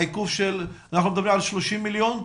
עיכוב של 30 מיליון?